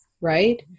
right